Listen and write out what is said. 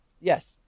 Yes